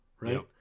Right